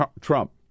Trump